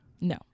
No